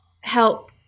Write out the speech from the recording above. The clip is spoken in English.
help